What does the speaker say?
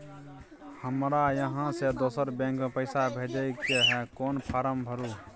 हमरा इहाँ से दोसर बैंक में पैसा भेजय के है, कोन फारम भरू?